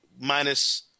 minus